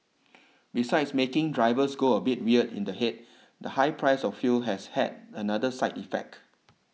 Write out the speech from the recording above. besides making drivers go a bit weird in the head the high price of fuel has had another side effect